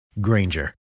Granger